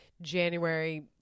january